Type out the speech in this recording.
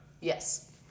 Yes